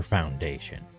Foundation